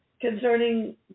concerning